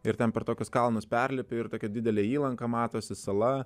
ir ten per tokius kalnus perlipi ir tokia didelė įlanka matosi sala